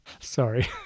Sorry